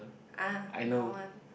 ah don't want